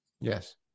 Yes